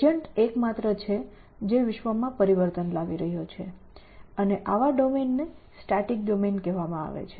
agent એકમાત્ર છે જે વિશ્વમાં પરિવર્તન લાવી રહ્યો છે અને આવા ડોમેનને સ્ટેટિક કહેવામાં આવે છે